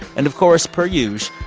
and, of course, per use,